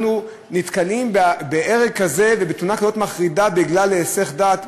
אנחנו נתקלים בהרג כזה ובתאונה כזאת מחרידה בגלל היסח דעת,